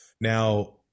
Now